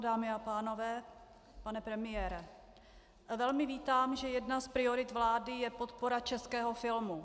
Dámy a pánové, pane premiére, já velmi vítám, že jedna z priorit vlády je podpora českého filmu.